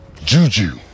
juju